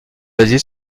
basée